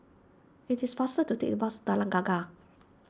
it is faster to take the bus Kallang Tengah